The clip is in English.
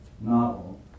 novel